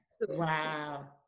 Wow